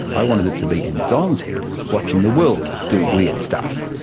i wanted it to be in don's head watching the world do weird stuff.